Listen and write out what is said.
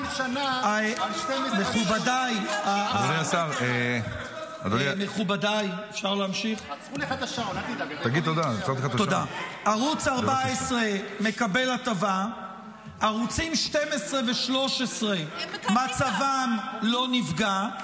שנה על ערוץ 12 וערוץ 13. אף פעם לא התלוננת.